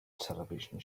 television